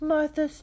Martha